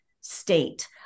state